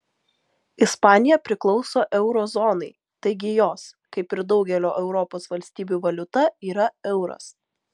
ispanija priklauso euro zonai taigi jos kaip ir daugelio europos valstybių valiuta yra euras